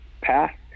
path